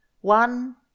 One